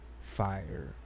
Fire